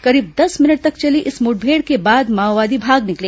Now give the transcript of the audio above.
करीब दस मिनट तक चली इस मुठभेड़ के बाद माओवादी भाग निकले